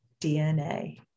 DNA